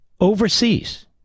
overseas